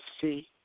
see